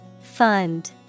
Fund